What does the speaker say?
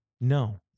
No